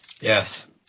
Yes